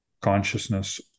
consciousness